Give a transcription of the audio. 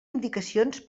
indicacions